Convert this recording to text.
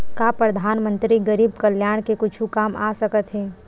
का परधानमंतरी गरीब कल्याण के कुछु काम आ सकत हे